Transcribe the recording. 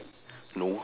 no